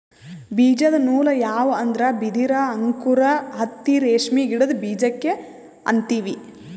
ಬೀಜದ ನೂಲ್ ಯಾವ್ ಅಂದ್ರ ಬಿದಿರ್ ಅಂಕುರ್ ಹತ್ತಿ ರೇಷ್ಮಿ ಗಿಡದ್ ಬೀಜಕ್ಕೆ ಅಂತೀವಿ